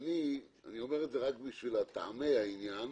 אומר את זה רק בשביל טעמי העניין,